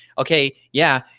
okay, yeah,